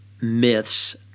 myths